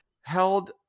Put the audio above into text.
held